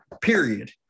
period